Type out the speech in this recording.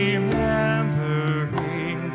Remembering